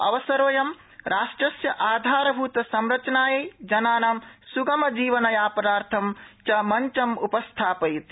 अवसरोऽय राष्ट्रस्य आधारभूतसंरचनायै जनाना सगम जीवनयापनार्थं च मंचम् उपस्थापयति